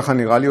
ככה נראה לי,